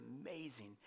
amazing